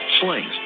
slings